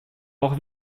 auch